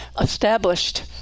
established